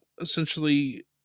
essentially